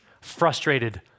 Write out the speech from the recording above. frustrated